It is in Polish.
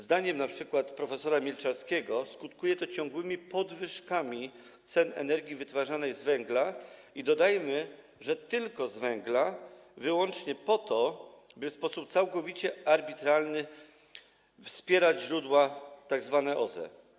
Zdaniem np. prof. Milczarskiego skutkuje to ciągłymi podwyżkami cen energii wytwarzanej z węgla, i dodajmy, że tylko z węgla, wyłącznie po to, by w sposób całkowicie arbitralny wspierać tzw. OZE.